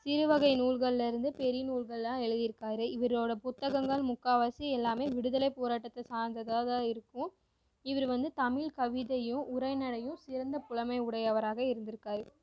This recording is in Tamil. சிறு வகை நூல்கள்ல இருந்து பெரிய நூல்கள் எல்லாம் எழுதியிருக்காரு இவரோட புத்தகங்கள் முக்காவாசி எல்லாமே விடுதலை போராட்டத்தை சார்ந்ததாகதான் இருக்கும் இவர் வந்து தமிழ் கவிதையும் உரைநடையும் சிறந்த புலமை உடையவராக இருந்துருக்கார்